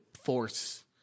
force